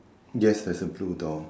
yes there's a blue door